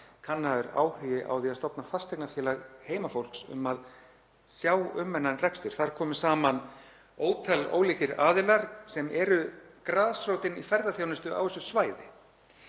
var áhugi á því að stofna fasteignafélag heimafólks til að sjá um þennan rekstur. Þar komu saman ótal ólíkir aðilar sem eru grasrótin í ferðaþjónustu á þessu svæði